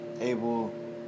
able